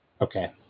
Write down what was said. Okay